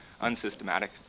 unsystematic